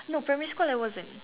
no primary school I wasn't